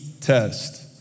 test